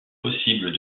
possibles